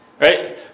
right